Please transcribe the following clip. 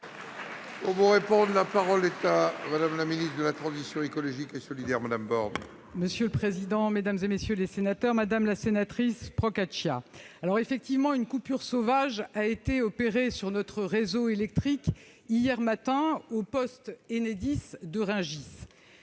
croit tout permis ? La parole est à Mme la ministre de la transition écologique et solidaire. Monsieur le président, mesdames, messieurs les sénateurs, madame la sénatrice Procaccia, effectivement, une coupure sauvage a été opérée sur notre réseau électrique, hier matin, au poste Enedis de Rungis.